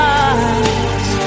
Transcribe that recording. eyes